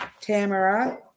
tamara